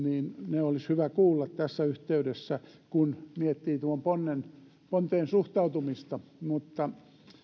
ne olisi hyvä kuulla tässä yhteydessä kun miettii tuohon ponteen suhtautumista mutta